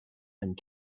and